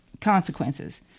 consequences